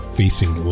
facing